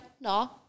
no